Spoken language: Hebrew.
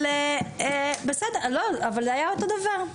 אבל היה אותו דבר.